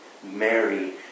Mary